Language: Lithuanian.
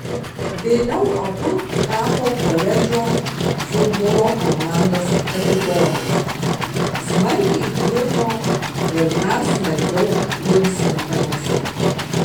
vėliau abu tapo koledžo futbolo komandos kapitonais smarkiai dirbo ir dar smarkiau linksmindavosi